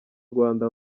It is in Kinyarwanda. rwanda